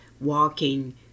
walking